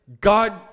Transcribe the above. God